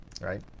right